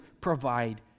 provide